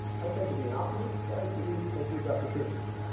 i tend to be an optimist so i see these as huge opportunities.